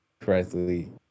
correctly